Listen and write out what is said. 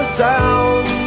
down